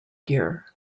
gear